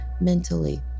mentally